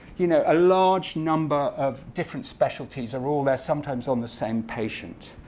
you know a large number of different specialties are all there, sometimes on the same patient.